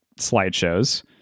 slideshows